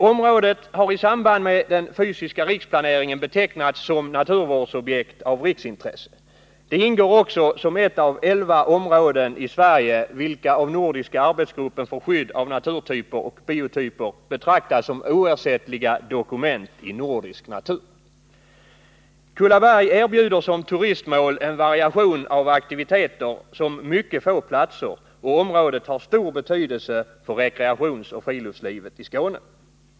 Området har i samband med den fysiska riksplaneringen betecknats som naturvårdsobjekt av riksintresse. Det ingår också som ett av elva områden i Sverige vilka av Nordiska arbetsgruppen för skydd av naturtyper och biotyper betraktas som oersättliga dokument i nordisk natur. Som turistmål erbjuder Kullaberg en variation av aktiviteter som mycket få platser, och området har stor betydelse för rekreationsoch friluftslivet i Skåne.